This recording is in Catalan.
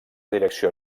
direcció